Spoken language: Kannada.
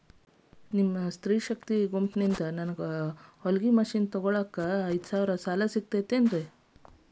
ನಿಮ್ಮ ಸ್ತ್ರೇ ಶಕ್ತಿ ಗುಂಪಿನಿಂದ ನನಗ ಹೊಲಗಿ ಮಷೇನ್ ತೊಗೋಳಾಕ್ ಐದು ಸಾಲ ಸಿಗತೈತೇನ್ರಿ?